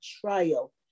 trial